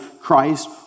Christ